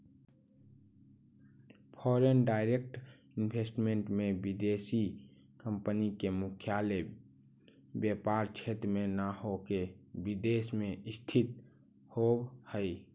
foreign direct investment में विदेशी company के मुख्यालय व्यापार क्षेत्र में न होके विदेश में स्थित होवऽ हई